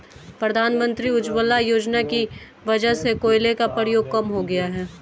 प्रधानमंत्री उज्ज्वला योजना की वजह से कोयले का प्रयोग कम हो गया है